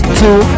two